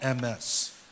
MS